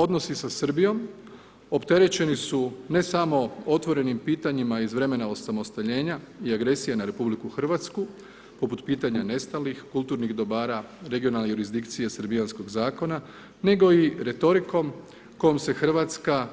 Odnosi sa Srbijom opterećeni su ne samo otvorenim pitanjima iz vremena osamostaljenja i agresije na RH poput pitanja nestalih, kulturnih dobara, regionalne jurisdikcije srbijanskog zakona nego i retorikom kojom se Hrvatska